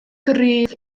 gryf